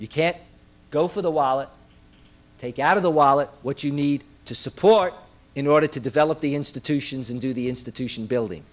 you can't go for the wallet take out of the wallet what you need to support in order to develop the institutions and do the institution building